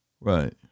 Right